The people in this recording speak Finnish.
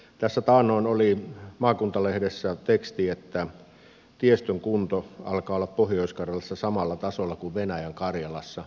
tässä taannoin oli maakuntalehdessä teksti että tiestön kunto alkaa olla pohjois karjalassa samalla tasolla kuin venäjän karjalassa